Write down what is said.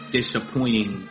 disappointing